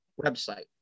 website